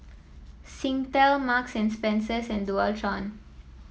Singtel Marks and Spencer and Dualtron